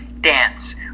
dance